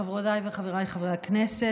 חברותיי וחבריי חברי הכנסת,